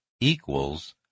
equals